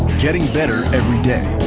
getting better everyday.